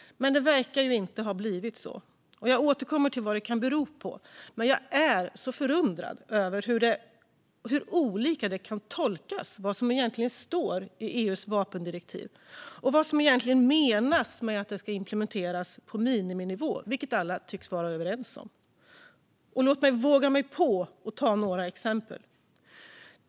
Men det verkar inte ha blivit så, och jag återkommer till vad det kan bero på. Jag är dock förundrad över hur olika man kan tolka det som står i EU:s vapendirektiv och vad som egentligen menas med att det ska implementeras på miniminivå - vilket alla tycks vara överens om. Låt mig ta några exempel.